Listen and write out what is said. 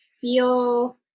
feel